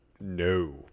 No